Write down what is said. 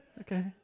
Okay